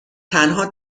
تنها